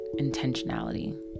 intentionality